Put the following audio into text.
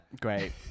Great